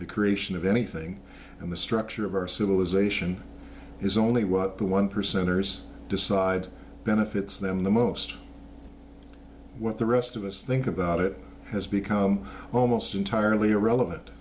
the creation of anything and the structure of our civilization is only what the one percenters decide benefits them the most what the rest of us think about it has become almost entirely irrelevant